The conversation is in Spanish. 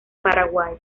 paraguay